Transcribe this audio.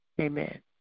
Amen